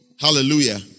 Hallelujah